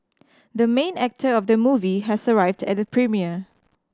the main actor of the movie has arrived at the premiere